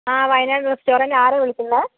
ആ വയനാട് റെസ്റ്റോറന്റ് ആരാണ് വിളിക്കുന്നത്